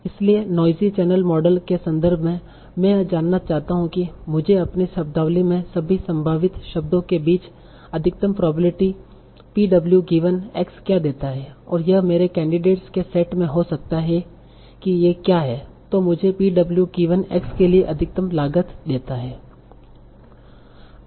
इसलिए noisy channel model के संदर्भ में मैं यह जानना चाहता हूं कि मुझे अपनी शब्दावली में सभी संभावित शब्दों के बीच अधिकतम probability P w given x क्या देता है या यह मेरे कैंडिडेटस के सेट में हो सकता है कि ऐसा क्या है जो मुझे P w गिवन x के लिए अधिकतम लागत देता है